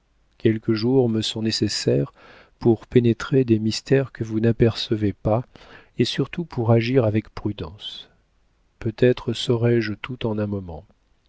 quelques jours me sont nécessaires pour pénétrer des mystères que vous n'apercevez pas et surtout pour agir avec prudence peut-être saurai-je tout en un moment